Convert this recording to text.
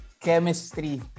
Chemistry